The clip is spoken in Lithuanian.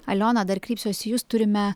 aliona dar kreipsiuosi į jus turime